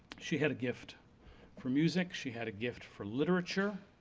she had a gift for music, she had a gift for literature.